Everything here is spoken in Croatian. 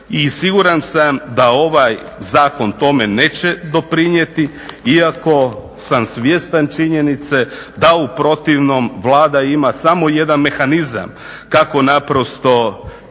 I siguran sam da ovaj zakon tome neće doprinijeti, iako sam svjestan činjenice da u protivnom Vlada ima samo jedan mehanizam kako naprosto